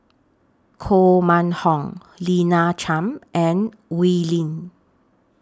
Koh Mun Hong Lina Chiam and Oi Lin